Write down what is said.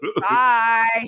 bye